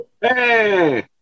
Hey